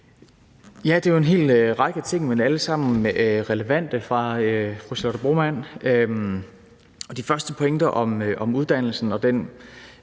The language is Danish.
Det var en hel række ting, men alle sammen relevante, fra fru Charlotte Broman Mølbæk. De første pointer om uddannelsen og den